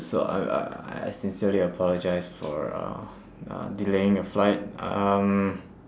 so uh I sincerely apologise for uh uh delaying your flight um